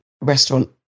restaurant